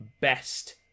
best